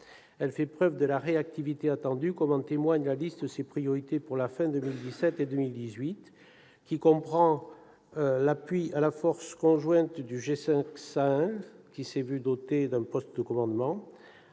Elle fait preuve de la réactivité attendue, comme en témoigne la liste de ses priorités pour la fin 2017 et 2018, qui comprend : l'appui à la force conjointe du G5 Sahel, qui s'est vu dotée d'un poste de commandement